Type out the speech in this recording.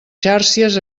xàrcies